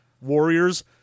warriors